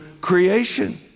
creation